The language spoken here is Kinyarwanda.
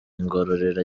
ngororero